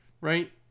Right